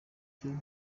byo